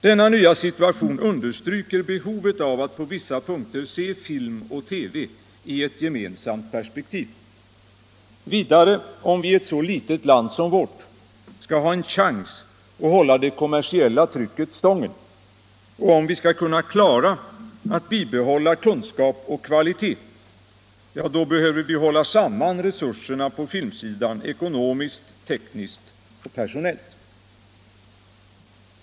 Denna nya situation understryker behovet av att på vissa punkter se film och TV i ett gemensamt perspektiv. Vidare: Om vi i ett så litet land som vårt skall ha en chans att hålla det kommersiella trycket stången och om vi skall kunna klara att bibehålla kunskap och kvalitet, ja, då behöver vi hålla samman resurserna på filmsidan, ekonomiskt, tekniskt och personellt.